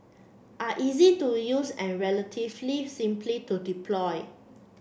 are easy to use and relatively simply to deploy